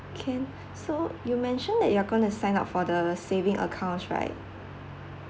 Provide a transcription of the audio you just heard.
okay so you mentioned that you're gonna sign up for the saving accounts right